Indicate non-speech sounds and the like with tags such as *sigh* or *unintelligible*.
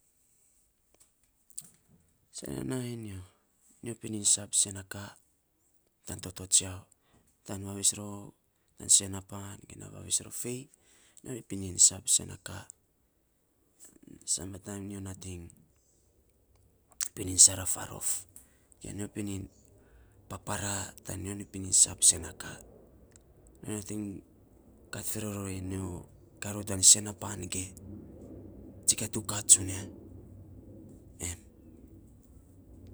*noise* sen nainy, nyo nyo pinin sab sen na kat, yan toto tsiau, taan vavis rou vavis rou tan sen a pan ge naa vavis rou fei, nyo pinin sab se na ka sampla taim, nyo nating, pinin sara faarof, ge nyo pinin papara taim nyo pinin sab sena ka. Nyo *noise* nating kaa *unintelligible* rou sena pan, ge tsikiatu ka tsuna, em.